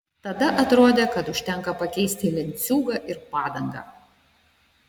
tada atrodė kad užtenka pakeisti lenciūgą ir padangą